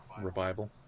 revival